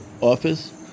office